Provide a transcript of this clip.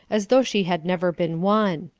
as though she had never been won.